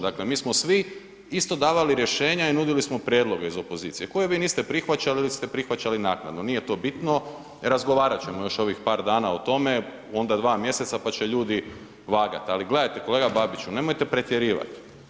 Dakle, mi smo svi isto davali rješenja i nudili smo prijedloge iz opozicije koje vi niste prihvaćali ili ste prihvaćali naknadno, nije to bitno, razgovarat ćemo još ovih par dana o tome, onda 2 mj. pa će ljudi vagat ali gledate kolega Babiću, nemojte pretjerivati.